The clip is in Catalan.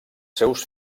seus